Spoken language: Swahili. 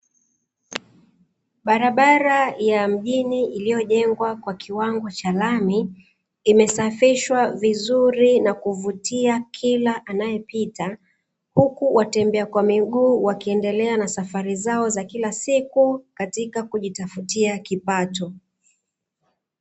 Barabara ya mjini iliyojengwa kwa kiwango cha lami, imesafishwa vizuri na kumvutia kila anayepita, huku watembea kwa miguu wakiendelea na safari zao za kila siku katika kujitafutia kipato.